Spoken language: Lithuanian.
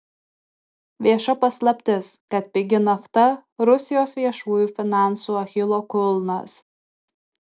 vieša paslaptis kad pigi nafta rusijos viešųjų finansų achilo kulnas